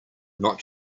not